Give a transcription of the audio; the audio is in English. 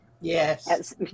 Yes